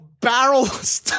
barrels